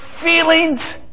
feelings